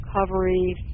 recovery